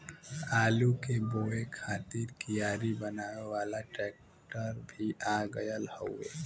आलू के बोए खातिर कियारी बनावे वाला ट्रेक्टर भी आ गयल हउवे